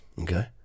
Okay